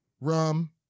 rum